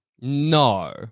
No